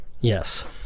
Yes